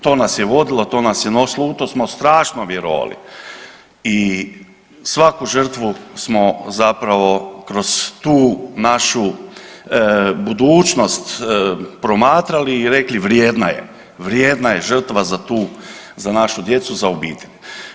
To nas je vodilo, to nas je nosilo, u to smo strašno vjerovali i svaku žrtvu smo zapravo kroz tu našu budućnost promatrali i rekli vrijedna je, vrijedna je žrtva za tu, za našu djecu za obitelj.